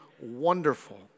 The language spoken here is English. wonderful